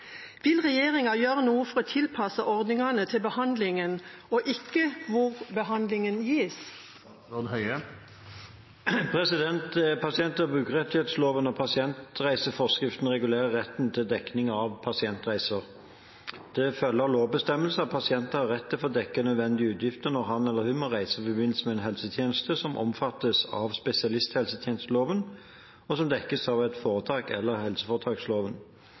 Vil regjeringen gjøre noe for å tilpasse ordningene til behandlingen og ikke hvor behandlingen gis?» Pasient- og brukerrettighetsloven og pasientreiseforskriften regulerer retten til dekning av pasientreiser. Det følger av lovbestemmelsen at pasienten har rett til å få dekket nødvendige utgifter når han eller hun må reise i forbindelse med en helsetjeneste som omfattes av spesialisthelsetjenesteloven, og som dekkes av et foretak etter helseforetaksloven.